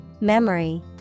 memory